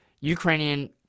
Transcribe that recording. ukrainian